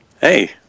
Hey